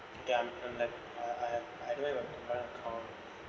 um I'm like I I don't have a bank account